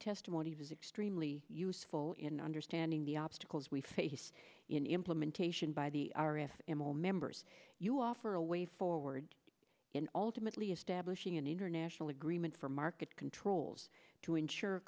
testimony is extremely useful in understanding the obstacles we face in implementation by the m o members you offer a way forward in ultimately establishing an international agreement for market controls to ensure